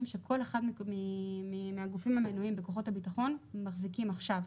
שכל אחד מהגופים המנויים וכוחות הביטחון מחזיקים עכשיו,